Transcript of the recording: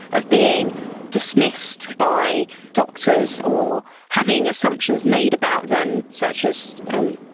of being dismissed by doctors or having assumptions made about them, such as, oh,